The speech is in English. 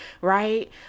Right